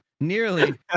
Nearly